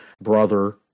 brother